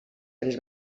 ens